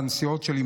בנסיעות שלי,